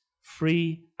free